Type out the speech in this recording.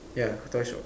ya toy shop